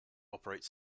operates